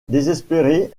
désespérée